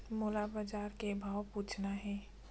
मोला बजार के भाव पूछना हे?